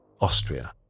Austria